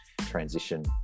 transition